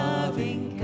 Loving